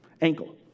ankle